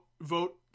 vote